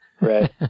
Right